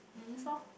um